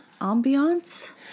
ambiance